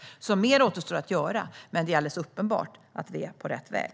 Mer återstår alltså att göra, men det är alldeles uppenbart att vi är på rätt väg.